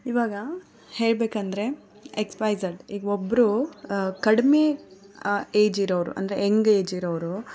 ಇವಾಗ ಹೇಳಬೇಕಂದ್ರೆ X Y Z ಈಗ ಒಬ್ಬರು ಕಡ್ಮೆ ಏಜ್ ಇರೋರು ಅಂದರೆ ಯಂಗ್ ಏಜ್ ಇರೋರು